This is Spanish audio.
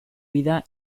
vida